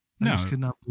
No